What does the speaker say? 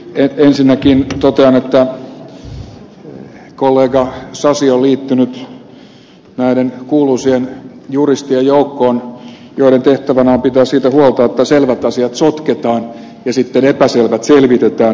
ensinnäkin totean että kollega sasi on liittynyt näiden kuuluisien juristien joukkoon joiden tehtävänä on pitää siitä huolta että selvät asiat sotketaan ja sitten epäselvät selvitetään